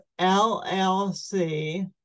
LLC